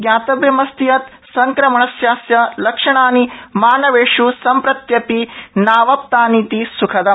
ज्ञातव्यमस्ति यत् संक्रमणस्यास्य लक्षणानि मानवेषु सम्प्रत्यपि नावाप्तानीति सुखदम्